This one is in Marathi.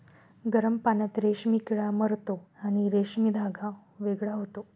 गरम पाण्यात रेशीम किडा मरतो आणि रेशीम धागा वेगळा होतो